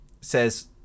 says